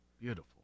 beautiful